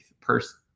person